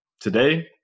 today